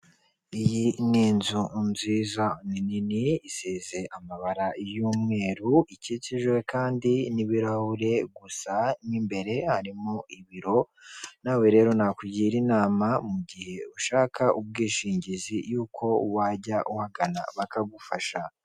Iyi ni inzu nziza nini, isize amabara y'umweru ikikijwe kandi n'ibirahure, gusa mo imbere harimo ibiro, nawe rero nakugira inama mu gihe ushaka ubwishingizi yuko wajya uhagana bakagufasha.